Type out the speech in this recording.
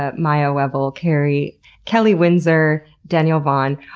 ah maia welbel, kellie kellie windsor, danelle von,